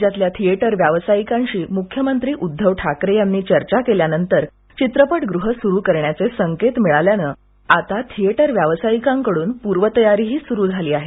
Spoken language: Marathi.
राज्यातील्या थिएटर व्यावसायिकांशी मृख्यमंत्री उद्धव ठाकरे यांनी चर्चा केल्यानंतर चित्रपटगृह सुरू करण्याचे संकेत मिळाल्यानं आता थिएटर व्यावसायिकांकडून पूर्वतयारी सुरू झाली आहे